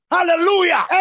Hallelujah